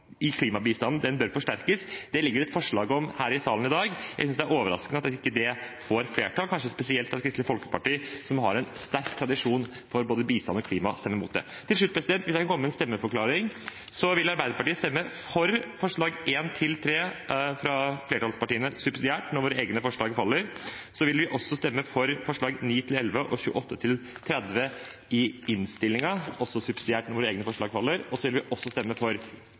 at klimabistanden bør forsterkes. Det ligger det et forslag om her i salen i dag. Jeg synes det er overraskende at det ikke får flertall, kanskje spesielt at Kristelig Folkeparti, som har en sterk tradisjon for både bistand og klima, stemmer mot det. Helt til slutt, president, hvis jeg kan komme med en stemmeforklaring: Arbeiderpartiet vil stemme for forslagene nr. 1–3, fra flertallspartiene, subsidiært, når våre egne forslag faller. Så vil vi også stemme for forslagene nr. 9–11 og 28–30 i innstillingen, også subsidiært når våre egne forslag faller. Og så vil vi også stemme for